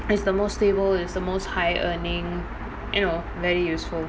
it's the most stable it's the most high earning you know very useful